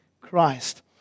Christ